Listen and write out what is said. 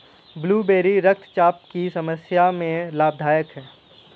blueberry रक्तचाप की समस्या में लाभदायक है